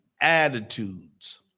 attitudes